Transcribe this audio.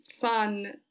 fun